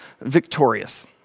victorious